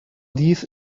dies